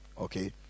Okay